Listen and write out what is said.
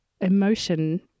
emotion